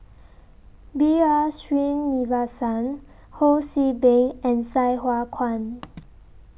B R Sreenivasan Ho See Beng and Sai Hua Kuan